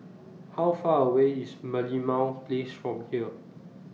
How Far away IS Merlimau Place from here